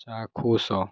ଚାକ୍ଷୁଷ